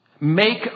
make